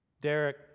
Derek